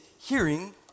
hearing